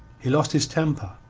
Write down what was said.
he lost his temper,